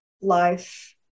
life